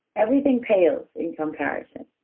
everything pales in comparison.